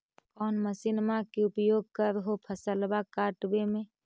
कौन मसिंनमा के उपयोग कर हो फसलबा काटबे में?